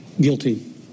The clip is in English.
Guilty